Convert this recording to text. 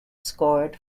scored